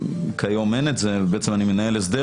כיום אין את זה ואני בעצם מנהל הסדר